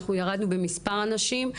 אנחנו ירדנו במספר הנשים,